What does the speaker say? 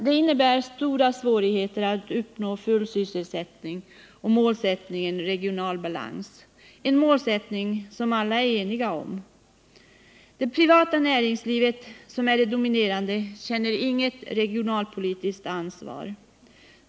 Det innebär, herr talman, stora svårigheter att uppnå full sysselsättning och målsättningen regional balans — en målsättning som alla är eniga om. Det privata näringslivet, som är det dominerande, känner inget regionalpolitiskt ansvar.